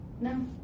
No